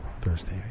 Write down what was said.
Thursday